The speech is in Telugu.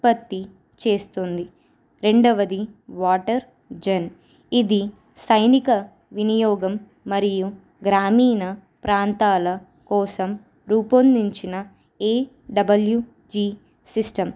ఉత్పత్తి చేస్తుంది రెండవది వాటర్ జన్ ఇది సైనిక వినియోగం మరియు గ్రామీణ ప్రాంతాల కోసం రూపొందించిన ఏడబల్యూజి సిస్టం